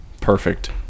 Perfect